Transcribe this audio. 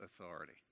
authority